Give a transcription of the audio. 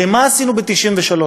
הרי מה עשינו ב-1993?